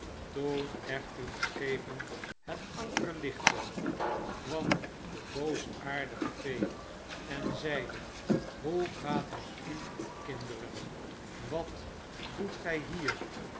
toen echter de schepen het anker lichtten kwam de boosaardige fee en zeide hoe gaat het u kinderen wat doet gy hier